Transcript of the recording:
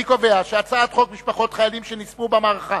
אני קובע שהצעת חוק משפחות חיילים שנספו במערכה